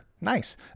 nice